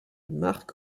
march